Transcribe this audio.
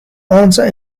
answer